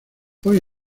hoy